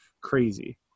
crazy